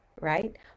right